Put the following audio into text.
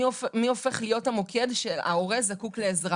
מי הופך להיות המוקד כשההורה זקוק לעזרה.